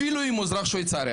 אפילו אם הוא אזרח שוויצריה.